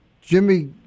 Jimmy